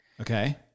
Okay